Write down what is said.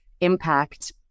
impact